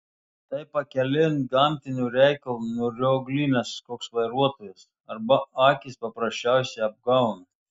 tai pakelėn gamtinio reikalo nurioglinęs koks vairuotojas arba akys paprasčiausiai apgauna